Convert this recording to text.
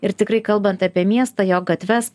ir tikrai kalbant apie miestą jo gatves